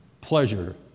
pleasure